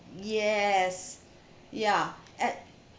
yes ya at